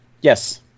yes